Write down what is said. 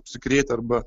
apsikrėtę arba